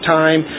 time